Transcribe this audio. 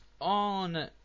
on